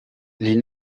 les